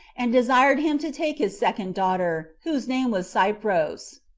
and desired him to take his second daughter, whose name was cypros.